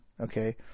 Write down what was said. Okay